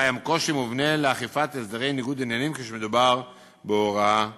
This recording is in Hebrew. קיים קושי מובנה באכיפת הסדרי ניגוד עניינים כשמדובר בהוראת נהיגה.